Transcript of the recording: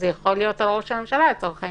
זה יכול להיות על ראש הממשלה לצורך העניין.